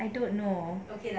I don't know